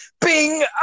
Bing